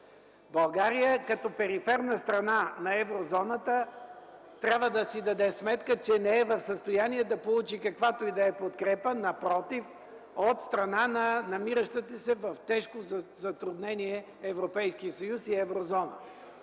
България като периферна страна на Еврозоната трябва да си даде сметка, че не е в състояние да получи каквато и да е подкрепа, а напротив, от страна на намиращите се в тежко затруднение Европейски съюз и Еврозона.